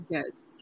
Yes